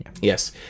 Yes